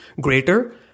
greater